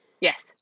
Yes